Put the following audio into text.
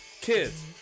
Kids